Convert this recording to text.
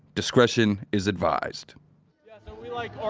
discretion is advised yeah we, like, org